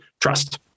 trust